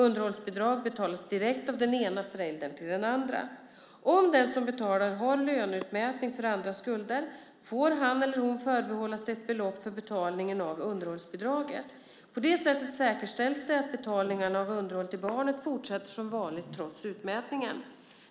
Underhållsbidrag betalas direkt av den ena föräldern till den andra. Om den som betalar har löneutmätning för andra skulder får han eller hon förbehålla sig ett belopp för betalningen av underhållsbidraget. På det sättet säkerställs det att betalningarna av underhåll till barnet fortsätter som vanligt trots utmätningen.